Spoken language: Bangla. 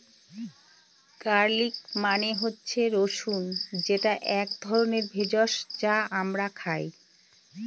গার্লিক মানে হচ্ছে রসুন যেটা এক ধরনের ভেষজ যা আমরা খাই